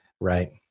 Right